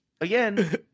again